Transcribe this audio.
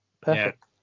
Perfect